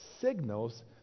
signals